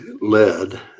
led